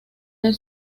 del